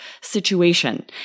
situation